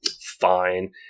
fine